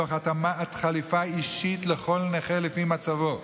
תוך התאמת חליפה אישית לכל נכה לפי מצבו,